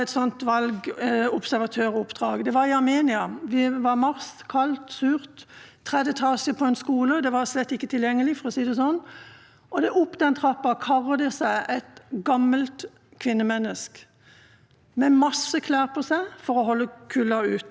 Opp trappen karrer det seg et gammelt kvinnemenneske med masse klær på seg for å holde kulda ute. Jeg tenkte: Hva i all verden skal hun i et valglokale å gjøre – dette valget er absolutt ikke fritt.